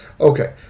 Okay